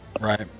right